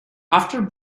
after